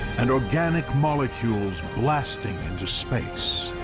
and organic molecules blasting into space.